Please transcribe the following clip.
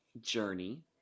journey